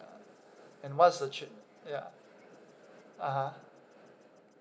uh and what's the tri~ ya (uh huh)